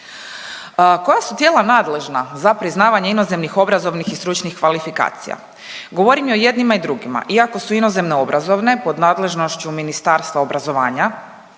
Koja su tijela nadležna za priznavanje inozemnih obrazovnih i stručnih kvalifikacija? Govorim i o jednima i drugima, iako su inozemna obrazovne pod nadležnošću Ministarstva obrazovanja